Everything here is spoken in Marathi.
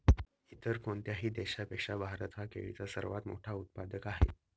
इतर कोणत्याही देशापेक्षा भारत हा केळीचा सर्वात मोठा उत्पादक आहे